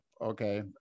okay